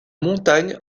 montagne